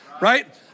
Right